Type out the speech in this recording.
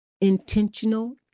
Intentional